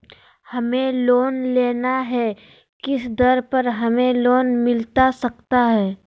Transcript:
हमें लोन लेना है किस दर पर हमें लोन मिलता सकता है?